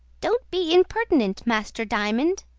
don't be impertinent, master diamond,